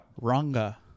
ranga